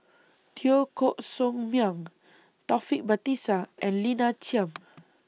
Teo Koh Sock Miang Taufik Batisah and Lina Chiam